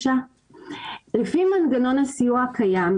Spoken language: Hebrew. לפי מנגנון הסיוע הקיים,